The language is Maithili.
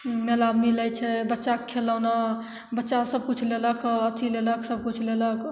मेलामे मिलै छै बच्चाके खेलौना बच्चा सबकिछु लेलक अथी लेलक सबकिछु लेलक